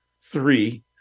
Three